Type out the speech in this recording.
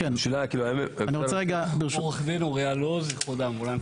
אני עורך דין מאיחוד האמבולנסים